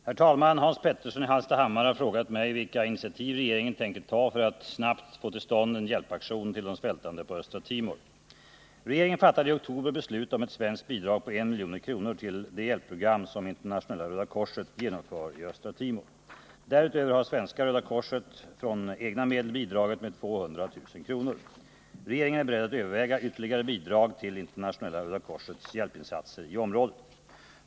Herr talman! Hans Petersson i Hallstahammar har frågat mig vilka initiativ regeringen tänker ta för att snabbt få till stånd en hjälpaktion till de svältande på Östra Timor. Regeringen fattade i oktober beslut om ett svenskt bidrag på 1 milj.kr. till det hjälpprogram som Internationella rödakorskommittén genomför i Östra Timor. Därutöver har Svenska röda korset från egna medel bidragit med 200 000 kr. Regeringen är beredd att överväga ytterligare bidrag till ICRC:s hjälpinsatser i området.